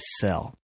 sell